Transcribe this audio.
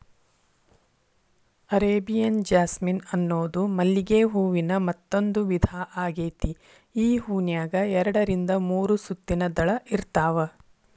Arabian jasmine ಅನ್ನೋದು ಮಲ್ಲಿಗೆ ಹೂವಿನ ಮತ್ತಂದೂ ವಿಧಾ ಆಗೇತಿ, ಈ ಹೂನ್ಯಾಗ ಎರಡರಿಂದ ಮೂರು ಸುತ್ತಿನ ದಳ ಇರ್ತಾವ